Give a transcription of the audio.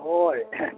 ᱦᱳᱭ